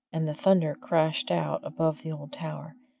and the thunder crashed out above the old tower,